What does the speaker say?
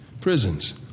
Prisons